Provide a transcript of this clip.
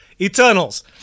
Eternals